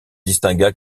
distingua